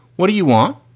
what do you want?